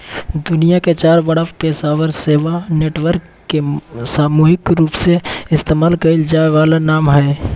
दुनिया के चार बड़ा पेशेवर सेवा नेटवर्क के सामूहिक रूपसे इस्तेमाल कइल जा वाला नाम हइ